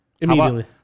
immediately